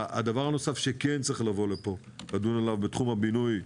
הדבר הנוסף שכן צריך לדון עליו בתחום הבינוי,